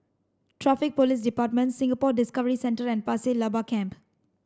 Traffic Police Department Singapore Discovery Centre and Pasir Laba Camp